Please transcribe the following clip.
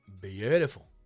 beautiful